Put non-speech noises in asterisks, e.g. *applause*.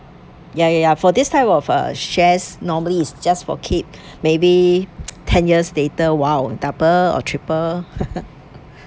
ya ya ya for this type of uh shares normally it's just for keep *breath* maybe *noise* ten years later !wow! double or triple *laughs*